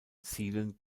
zielen